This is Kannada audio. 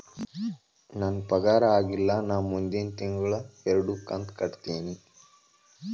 ನನ್ನ ಪಗಾರ ಆಗಿಲ್ಲ ನಾ ಮುಂದಿನ ತಿಂಗಳ ಎರಡು ಕಂತ್ ಕಟ್ಟತೇನಿ